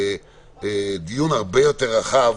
דיון הרבה יותר רחב,